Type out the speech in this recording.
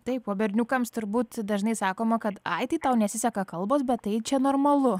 taip o berniukams turbūt dažnai sakoma kad ai tai tau nesiseka kalbos bet tai čia normalu